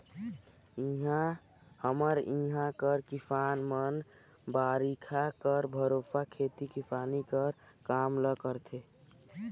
हमर इहां कर किसान मन बरिखा कर भरोसे खेती किसानी कर काम ल करथे